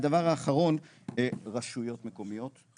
רשויות מקומיות,